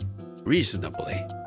reasonably